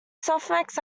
softmax